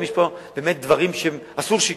אם יש פה דברים שאסור שיקרו.